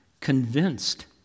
convinced